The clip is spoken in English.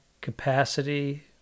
capacity